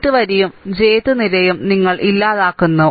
Ith വരിയും jth നിരയും നിങ്ങൾ ഇല്ലാതാക്കുന്നു